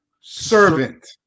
servant